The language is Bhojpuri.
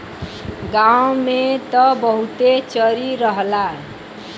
गांव में त बहुते चरी रहला